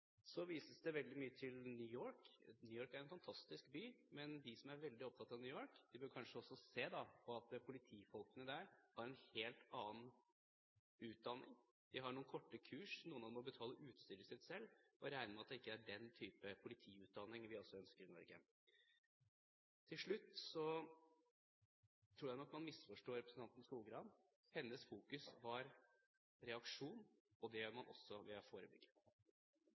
Så vises det veldig mye til New York. New York er en fantastisk by, men de som er veldig opptatt av New York, burde kanskje også se på at politifolkene der har en helt annen utdanning – de har noen korte kurs, noen av dem må betale utstyret sitt selv. Jeg regner med at det ikke er den typen politiutdanning vi ønsker i Norge. Til slutt: Jeg tror nok man misforstår representanten Skogrand. Hennes fokus var reaksjon, og det gjør man også ved å forebygge.